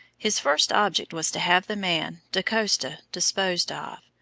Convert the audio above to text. his first object was to have the man da costa disposed of,